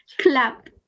clap